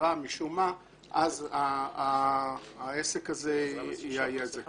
ייגרע משום מה --- אז למה שישה פלוס אחד?